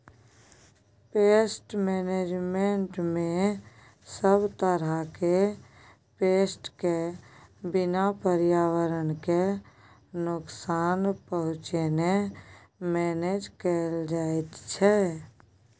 pest मेनेजमेन्टमे सब तरहक पेस्ट केँ बिना पर्यावरण केँ नुकसान पहुँचेने मेनेज कएल जाइत छै